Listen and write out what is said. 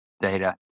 data